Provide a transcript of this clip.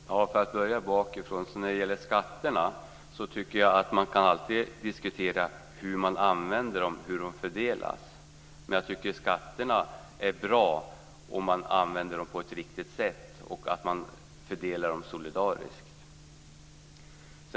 Fru talman! För att börja bakifrån tycker jag att man alltid kan diskutera hur man använder skatterna och hur de fördelas. Jag tycker att skatter är bra om man använder dem på ett riktigt sätt och om man fördelar dem solidariskt.